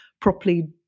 properly